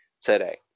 today